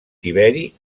tiberi